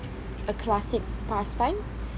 a classic pastime